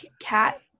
cat